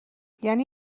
یعنی